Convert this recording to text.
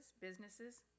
businesses